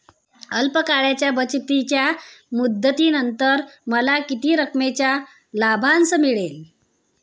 अल्प काळाच्या बचतीच्या मुदतीनंतर मला किती रकमेचा लाभांश मिळेल?